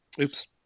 Oops